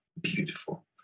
beautiful